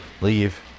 leave